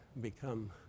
become